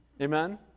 Amen